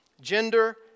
gender